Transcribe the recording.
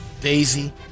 Daisy